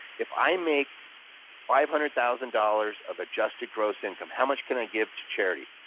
if i make five hundred thousand dollars of adjusted gross income, how much can i give to charity?